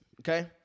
okay